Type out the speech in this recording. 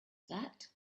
that